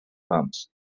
bumps